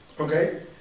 okay